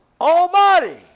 almighty